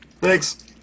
Thanks